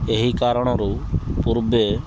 ଏହି କାରଣରୁ ପୂର୍ବେ